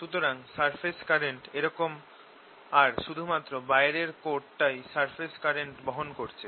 সুতরাং surface current এরকম আর শুধু মাত্র বাইরের কোর টাই সারফেস কারেন্ট বহন করছে